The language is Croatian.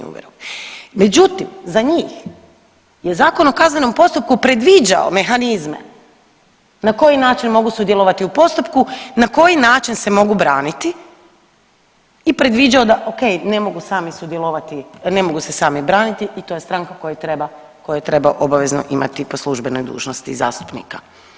Međutim, za njih je Zakon o kaznenom postupku predviđao mehanizme na koji način mogu sudjelovati u postupku, na koji način se mogu braniti i predviđao da ok, ne mogu sami sudjelovati, ne mogu se sami braniti i to je stranka koju treba obvezano imati po službenoj dužnosti zastupnika.